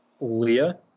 Leah